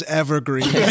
evergreen